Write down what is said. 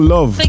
Love